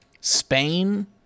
Spain